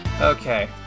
Okay